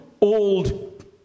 old